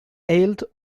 eelt